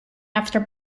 after